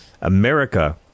America